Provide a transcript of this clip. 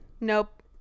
nope